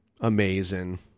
Amazing